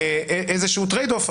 איזשהו tradeoff,